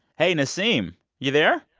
hey, nasim, you there?